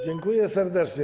Dziękuję serdecznie.